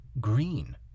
green